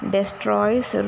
Destroys